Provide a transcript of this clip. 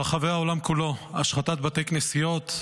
ברחבי העולם כולו: השחתת בתי כנסיות,